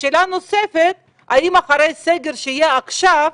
שאלה נוספת - האם אחרי הסגר שיהיה עכשיו,